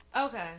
Okay